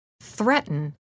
threaten